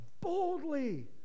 boldly